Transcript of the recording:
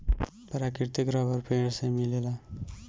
प्राकृतिक रबर पेड़ से मिलेला